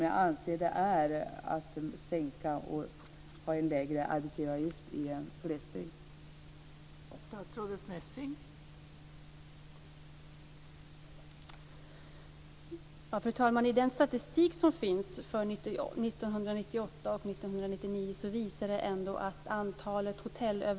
Jag anser att ett beslut om en sänkning av arbetsgivaravgiften i glesbygd är ett nationellt beslut.